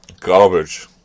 Garbage